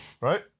right